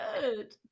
good